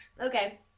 Okay